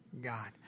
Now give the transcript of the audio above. God